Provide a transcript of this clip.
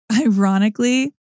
Ironically